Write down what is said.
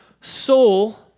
soul